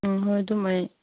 ꯑꯥ ꯍꯣꯏ ꯑꯗꯨꯝ ꯑꯩ